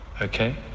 okay